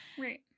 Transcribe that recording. right